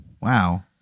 wow